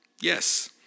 Yes